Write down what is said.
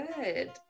Good